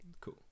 Cool